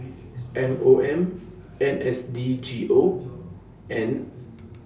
M O M N S D G O and